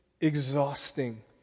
exhausting